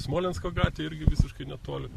smolensko gatvėj irgi visiškai netoli